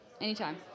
Anytime